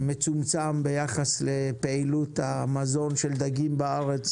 זה מצומצם ביחס לפעילות המזון של דגים בארץ,